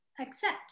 accept